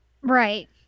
Right